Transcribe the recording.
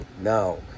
Now